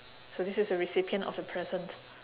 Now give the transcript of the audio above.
so this is a recipient of the present